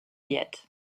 yet